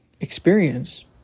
experience